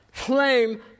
Claim